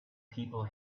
people